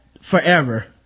forever